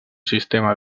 sistema